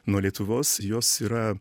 nuo lietuvos ir jos yra